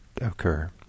occur